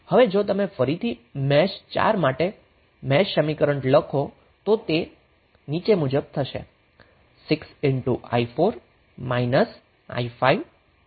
હવે જો તમે ફરીથી મેશ 4 માટે મેશ સમીકરણ લખો તો તે 6i4 i5 5i 0 છે